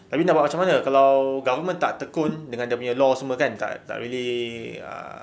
tapi nak buat macam mana kalau government tak tekun dengan dia punya laws semua kan tak tak really ah